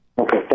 Okay